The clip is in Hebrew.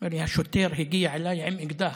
הוא אומר לי: השוטר הגיע אליי עם אקדח.